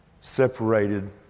separated